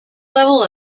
level